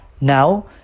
Now